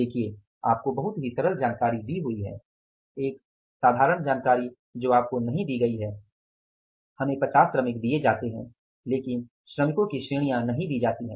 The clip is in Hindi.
देखिये आपको बहुत ही सरल जानकारी दी हुई है एक साधारण जानकारी जो आपको नहीं दी गई है हमें 50 श्रमिक दिए जाते हैं लेकिन श्रमिकों की श्रेणियां नहीं दी जाती हैं